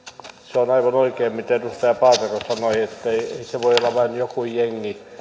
se on aivan oikein miten edustaja paatero sanoi ettei se voi olla vain joku jengi